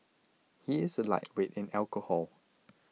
he is a lightweight in alcohol